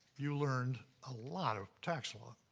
you learned a lot of tax law.